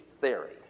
theory